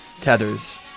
tethers